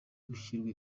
gushyirwa